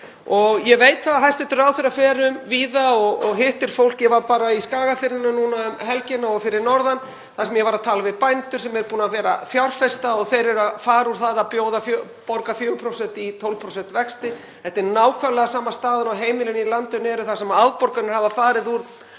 Ég veit að hæstv. ráðherra fer víða og hittir fólk. Ég var í Skagafirði núna um helgina og fyrir norðan þar sem ég var að tala við bændur sem eru búnir að vera að fjárfesta og þeir eru að fara úr því að borga 4% vexti í 12%. Þetta er nákvæmlega sama staðan og heimilin í landinu eru í þar sem afborganir hafa farið úr